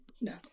No